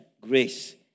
grace